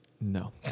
No